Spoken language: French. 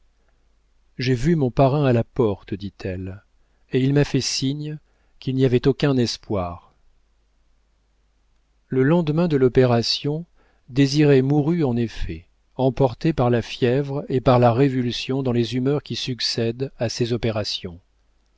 j'ai vu mon parrain à la porte dit-elle et il m'a fait signe qu'il n'y avait aucun espoir le lendemain de l'opération désiré mourut en effet emporté par la fièvre et par la révulsion dans les humeurs qui succède à ces opérations